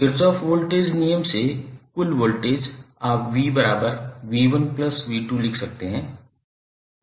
Kirchhoff voltage नियम से कुल वोल्टेज आप 𝑣𝑣1𝑣2 लिख सकते हैं